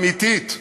אמיתית,